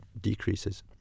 decreases